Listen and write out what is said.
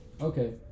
Okay